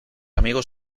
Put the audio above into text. amigos